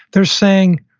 they're saying,